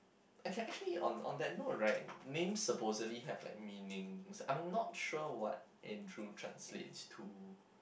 act can actually on on that note right names supposedly have like meanings I'm not sure what Andrew translates to